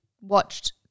watched